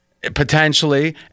Potentially